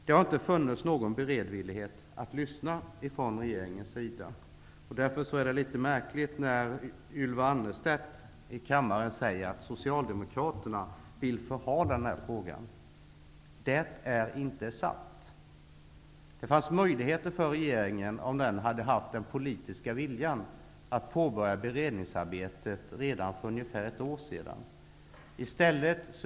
Det har inte funnits någon beredvillighet från regeringens sida att lyssna. Därför är det litet märkligt att Ylva Annerstedt här i kammaren säger att Socialdemokraterna vill förhala den här frågan. Det är inte sant. Regeringen hade, om den politiska viljan hade funnits, kunnat påbörja beredningsarbetet redan för ungefär ett år sedan.